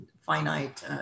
finite